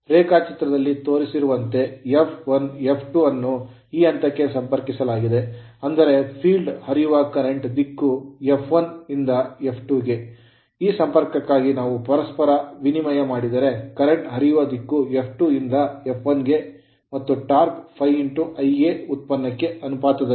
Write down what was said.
ರೇಖಾಚಿತ್ರದಲ್ಲಿ ತೋರಿಸಿರುವಂತೆ F1 F2 ಅನ್ನು ಈ ಹಂತಕ್ಕೆ ಸಂಪರ್ಕಿಸಲಾಗಿದೆ ಅಂದರೆ field ಕ್ಷೇತ್ರದಲ್ಲಿ ಹರಿಯುವ current ಕರೆಂಟ್ ದಿಕ್ಕು F1 ರಿಂದ F2 ಗೆ ಈ ಸಂಪರ್ಕಕ್ಕಾಗಿ ನಾವು ಪರಸ್ಪರ ವಿನಿಮಯ ಮಾಡಿದರೆ ಕರೆಂಟ್ ಹರಿಯುವ ದಿಕ್ಕು F2 ರಿಂದ F1 ಗೆ ಮತ್ತು torque ಟಾರ್ಕ್ ∅ Ia ಉತ್ಪನ್ನಕ್ಕೆ ಅನುಪಾತದಲ್ಲಿದೆ